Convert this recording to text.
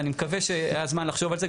ואני מקווה שהיה זמן לחשוב על זה.